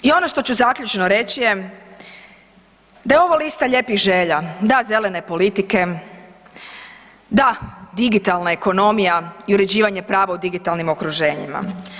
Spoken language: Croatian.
I ono što ću zaključno reći je da je ovo lista lijepih želja, da zelene politike, da digitalna ekonomija i uređivanja prava u digitalnim okruženjima.